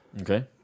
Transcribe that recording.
Okay